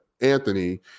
Anthony